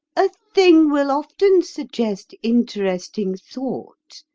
a thing will often suggest interesting thought,